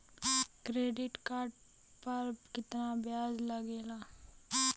Credit card पर कितना ब्याज लगेला?